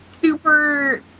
super